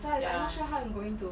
ya